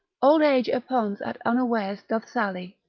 old age upon's at unawares doth sally.